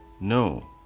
No